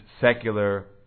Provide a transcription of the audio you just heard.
secular